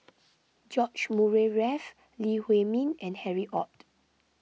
George Murray Reith Lee Huei Min and Harry Ord